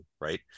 right